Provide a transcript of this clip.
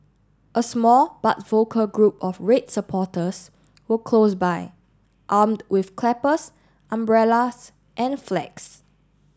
a small but vocal group of red supporters were close by armed with clappers umbrellas and flags